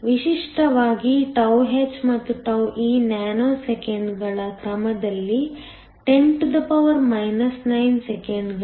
ವಿಶಿಷ್ಟವಾಗಿ τh ಮತ್ತು τe ನ್ಯಾನೋಸೆಕೆಂಡ್ಗಳ ಕ್ರಮದಲ್ಲಿ 10 9 ಸೆಕೆಂಡುಗಳು